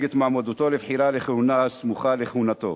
את מועמדותו לבחירה לכהונה הסמוכה לכהונתו.